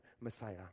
Messiah